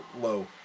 low